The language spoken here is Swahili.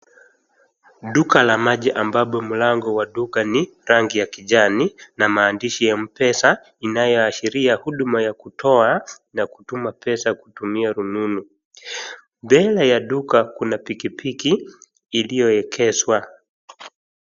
Duka la maji ambapo mlango wa duka ni rangi ya kijani na maandishi ya mpesa inayoashiria huduma ya kutoa na kutuma pesa kutumia rununu. Mbele ya duka kuna pikipiki iliyoegeshwa.